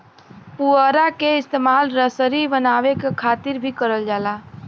पुवरा क इस्तेमाल रसरी बनावे क खातिर भी करल जाला